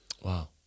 Wow